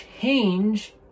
change